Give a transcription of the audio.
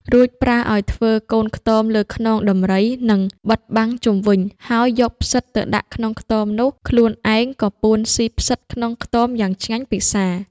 រួចប្រើឲ្យធ្វើកូនខ្ទមលើខ្នងដំរី និងបិទបាំងជុំវិញ ហើយយកផ្សិតទៅដាក់ក្នុងខ្ទមនោះ។ ខ្លួនឯងក៏ពួនស៊ីផ្សិតក្នុងខ្ទមយ៉ាងឆ្ងាញ់ពិសា។